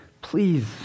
Please